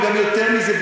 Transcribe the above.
וגם יותר מזה,